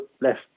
left